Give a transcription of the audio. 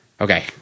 Okay